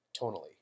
tonally